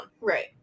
Right